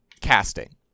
Casting